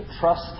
trust